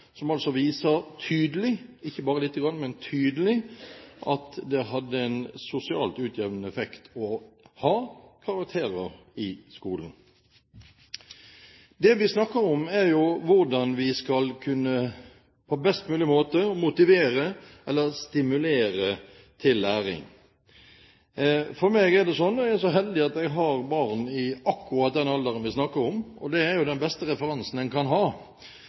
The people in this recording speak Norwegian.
som viser tydelig – ikke bare litt, men tydelig – at det hadde en sosialt utjevnende effekt å ha karakterer i skolen. Det vi snakker om, er hvordan vi på best mulig måte skal kunne motivere eller stimulere til læring. For meg er det slik at jeg er så heldig at jeg har barn i akkurat den alderen vi snakker om, og det er jo den beste referansen en kan ha.